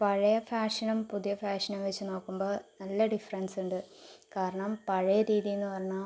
പഴയ ഫാഷനും പുതിയ ഫാഷനും വെച്ച് നോക്കുമ്പോൾ നല്ല ഡിഫറൻസ് ഉണ്ട് കാരണം പഴയ രീതി എന്ന് പറഞ്ഞാൽ